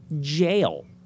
jail